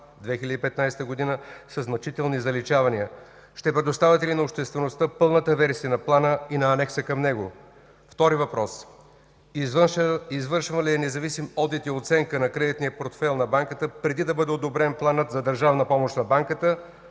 2015 г. със значителни заличавания. Ще предоставите ли на обществеността пълната версия на Плана и на анекса към него? Втори въпрос: извършван ли е независим одит и оценка на кредитния портфейл на Банката, преди да бъде одобрен Планът за държавна помощ на Банката?